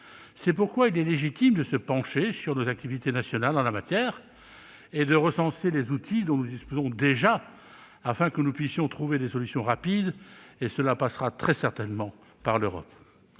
C'est pourquoi il est légitime de se pencher sur nos activités nationales en la matière et de recenser les outils dont nous disposons déjà ; c'est nécessaire si nous voulons trouver des solutions rapides, lesquelles passeront très certainement par l'Europe.